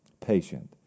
patient